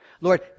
Lord